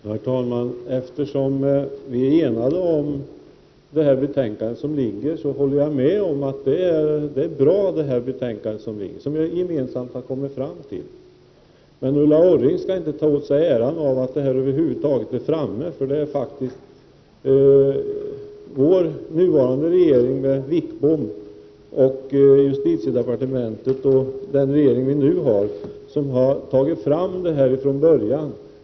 Herr talman! Eftersom vi är eniga om det föreliggande betänkandet håller jag med om att det är ett bra betänkande som vi gemensamt har kommit fram till. Men Ulla Orring skall inte ta åt sig äran av att detta över huvud taget är klart, eftersom det är den dåvarande regeringen med Sten Wickbom som justitieminister, justitiedepartementet och den nuvarande regeringen som från början har tagit fram underlaget.